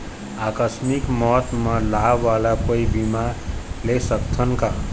आकस मिक मौत म लाभ वाला कोई बीमा ले सकथन का?